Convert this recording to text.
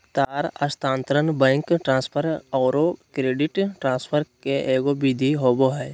तार स्थानांतरण, bank transfer औरो क्रेडिट ट्रांसफ़र के एगो विधि होबो हइ